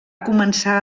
començar